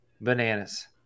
bananas